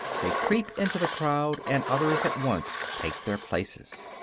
they creep into the crowd, and others at once take their places.